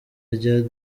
rya